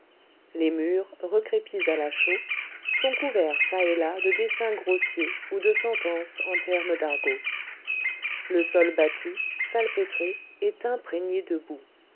les murs recrépis à la chaux sont couverts çà et là de dessins grossiers ou de sentences en termes d'argot le sol battu salpêtré est imprégné